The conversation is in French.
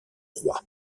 roi